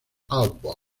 auburn